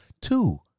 Two